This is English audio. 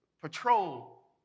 Patrol